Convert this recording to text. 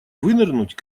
вынырнуть